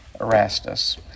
Erastus